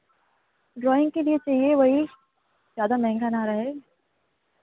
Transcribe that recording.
drawing के लिए चाहिए वही ज़्यादा महँगा न रहे